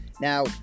Now